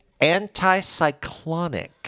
anticyclonic